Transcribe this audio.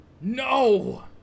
No